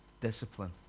discipline